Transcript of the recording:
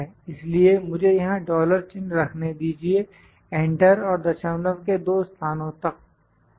इसलिए मुझे यहां डॉलर चिन्ह रखने दीजिए एंटर और दशमलव के दो स्थानों तक ठीक है